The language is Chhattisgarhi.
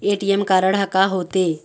ए.टी.एम कारड हा का होते?